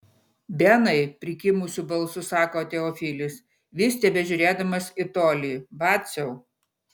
benai prikimusiu balsu sako teofilis vis tebežiūrėdamas į tolį vaciau